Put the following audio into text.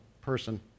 person